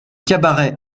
cabarets